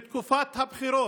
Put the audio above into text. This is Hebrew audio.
בתקופת הבחירות,